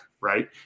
right